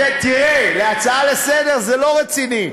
תראה, הצעה לסדר-היום זה לא רציני.